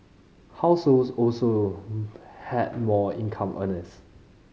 households also had more income earners